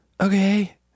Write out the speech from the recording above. Okay